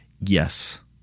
Yes